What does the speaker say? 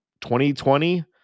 2020